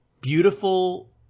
beautiful